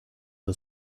the